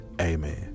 amen